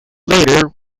later